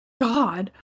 god